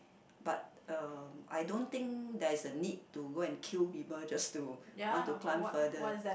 but uh I don't think there is a need to go and kill people just to want to climb further